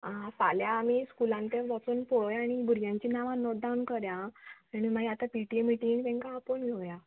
आं फाल्यां आमी स्कुलान ते वचोन पळोवं आनी भुरग्यांची नांवां नोट डावन करया आनी मागीर आतां पी टी ए मिटींग तांकां आपोवन घेवया